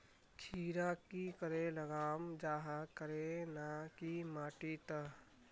खीरा की करे लगाम जाहाँ करे ना की माटी त?